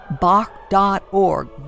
Bach.org